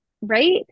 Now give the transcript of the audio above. Right